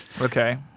Okay